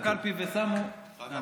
שהלכו לקלפי ושמו, דרך אגב,